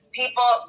people